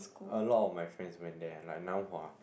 a lot of my friends went there like Nan-Hua